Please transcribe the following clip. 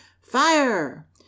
fire